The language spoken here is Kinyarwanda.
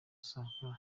sankara